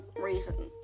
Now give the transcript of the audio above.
reason